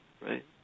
right